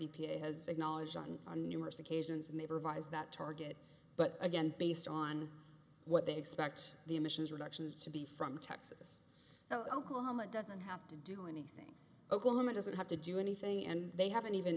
e p a has acknowledged on on numerous occasions and they've revised that target but again based on what they expect the emissions reductions to be from texas oklahoma doesn't have to doing oklahoma doesn't have to do anything and they haven't even